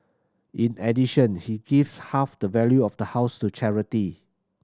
in addition he gives half the value of the house to charity